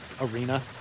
arena